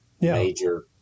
major